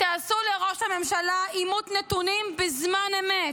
תעשו לראש הממשלה אימות נתונים בזמן אמת.